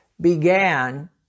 began